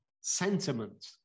sentiment